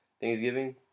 Thanksgiving